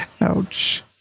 Ouch